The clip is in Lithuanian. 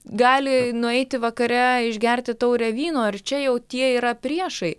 gali nueiti vakare išgerti taurę vyno ir čia jau tie yra priešai